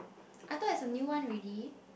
I thought it's a new one already